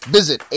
Visit